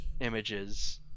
images